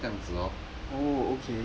这样子咯